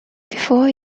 before